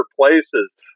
places